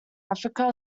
africa